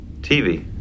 TV